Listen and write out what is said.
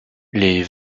les